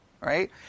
Right